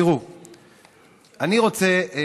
אני הפסקתי